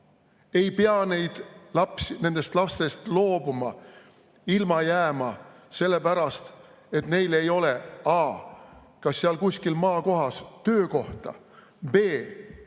ei pea nendest lastest loobuma, ilma jääma, sellepärast et neil ei ole kas a) seal kuskil maakohas töökohta, b) seal